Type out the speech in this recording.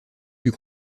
plus